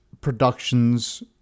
productions